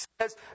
says